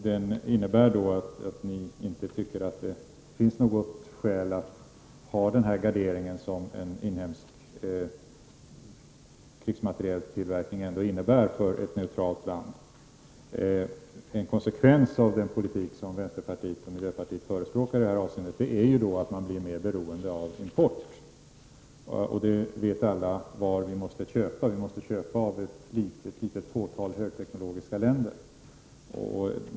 Det betyder att ni inte tycker att det finns något skäl att ha den gardering som en inhemsk kringsmaterieltillverkning innebär för ett neutralt land. En konsekvens av den politik som vänsterpartiet och miljöpartiet förespråkar i detta avseende är att man blir mer beroende av import. Alla vet var vi måste köpa. Vi måste köpa av ett litet fåtal högteknologiska länder.